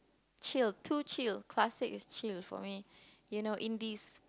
chill too chill classic is chill for me you know Indies